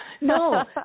No